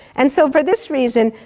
and so for this reason,